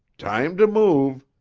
time to move,